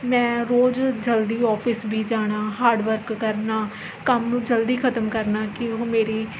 ਮੈਂ ਰੋਜ਼ ਜ਼ਲਦੀ ਆਫ਼ਿਸ ਵੀ ਜਾਣਾ ਹਾਰਡ ਵਰਕ ਕਰਨਾ ਕੰਮ ਜਲਦੀ ਖ਼ਤਮ ਕਰਨਾ ਕਿ ਉਹ ਮੇਰੀ